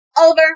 Over